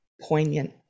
poignant